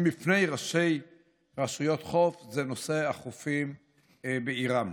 בפני ראשי רשויות חוף זה נושא החופים בעירם.